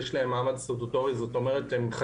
יש להן מעמד סטטוטורי,